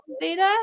data